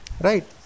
right